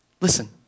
Listen